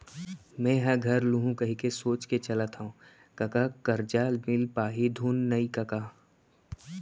मेंहा घर लुहूं कहिके सोच के चलत हँव कका करजा मिल पाही धुन नइ कका